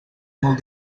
molt